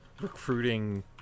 recruiting